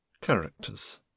CHARACTERS